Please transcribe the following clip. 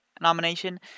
nomination